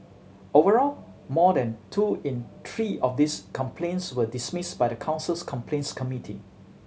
overall more than two in three of these complaints were dismissed by the council's complaints committee